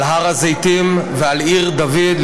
הר הזיתים ועיר דוד,